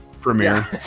premiere